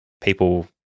People